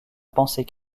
pensée